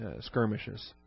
skirmishes